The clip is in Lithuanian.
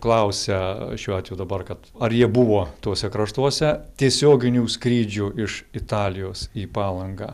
klausia šiuo atveju dabar kad ar jie buvo tuose kraštuose tiesioginių skrydžių iš italijos į palangą